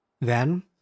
Then